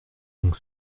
donc